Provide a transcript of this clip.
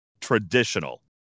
traditional